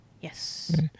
Yes